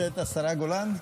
נמצאת השרה גולן?